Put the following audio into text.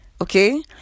Okay